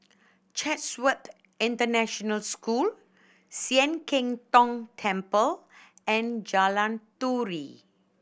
Chatsworth International School Sian Keng Tong Temple and Jalan Turi